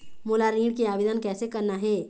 मोला ऋण के आवेदन कैसे करना हे?